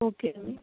okay అండి